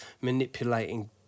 manipulating